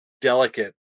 delicate